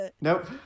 nope